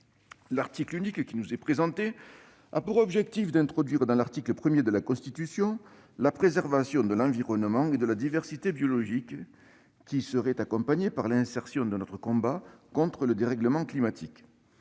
L'article unique qui nous est présenté a pour objectif d'introduire dans l'article 1 de la Constitution la préservation de l'environnement et de la diversité biologique. Cela s'accompagnerait de la mention de notre combat contre le dérèglement climatique.